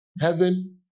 Heaven